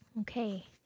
Okay